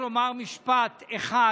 לומר משפט אחד